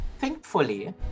thankfully